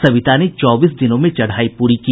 सविता ने चौबीस दिनों में चढ़ाई पूरी की